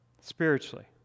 spiritually